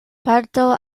parto